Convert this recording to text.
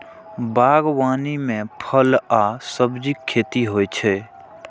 बागवानी मे फल आ सब्जीक खेती होइ छै